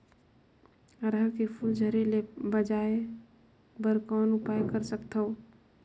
अरहर के फूल झरे ले बचाय बर कौन उपाय कर सकथव?